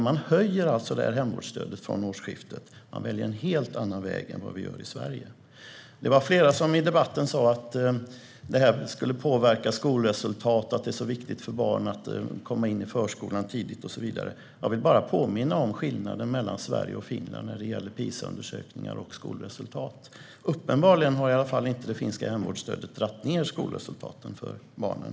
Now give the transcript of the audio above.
Man höjer alltså hemvårdsstödet från årsskiftet. Man väljer en helt annan väg än vi gör i Sverige. Det var flera som sa i debatten att det här skulle påverka skolresultat, att det är viktigt för barn att komma in i förskolan tidigt och så vidare. Jag vill bara påminna om skillnaden mellan Sverige och Finland när det gäller PISA-undersökningar och skolresultat. Uppenbarligen har det finska hemvårdsstödet inte dragit ned skolresultaten för barnen.